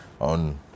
on